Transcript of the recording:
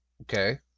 Okay